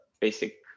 basic